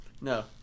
No